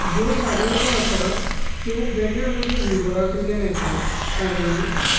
ह्यो साड्यो जो आसा त्यो वेगळ्या वेगळ्या विवरा कडल्यान येता ऑनलायन